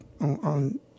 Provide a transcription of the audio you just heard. on